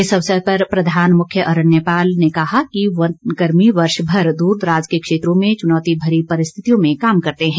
इस अवसर पर प्रधान मुख्य अरण्यपाल ने कहा कि वन कर्मी वर्षभर दूरदराज के क्षेत्रों में चुनौती भरी परिस्थितियों में काम करते हैं